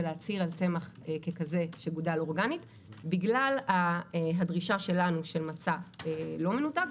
ולהצהיר על צמח ככזה שגודל אורגני בגלל הדרישה שלנו של מצע לא מנותק,